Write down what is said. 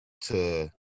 to-